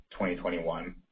2021